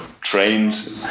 trained